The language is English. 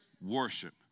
Worship